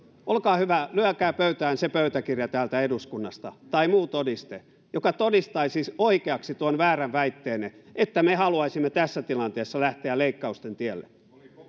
olkaa hyvä lyökää pöytään se pöytäkirja täältä eduskunnasta tai muu todiste joka todistaisi oikeaksi tuon väärän väitteenne että me haluaisimme tässä tilanteessa lähteä leikkausten tielle